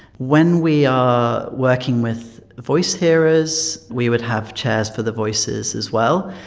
when we are working with voice-hearers, we would have chairs for the voices as well.